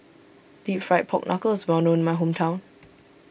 Deep Fried Pork Knuckle is well known in my hometown